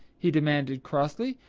he demanded crossly.